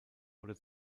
oder